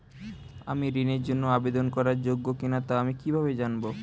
আমি ঋণের জন্য আবেদন করার যোগ্য কিনা তা আমি কীভাবে জানব?